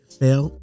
fail